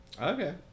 Okay